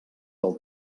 del